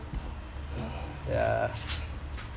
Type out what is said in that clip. ya